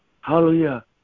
hallelujah